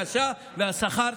קשה והשכר,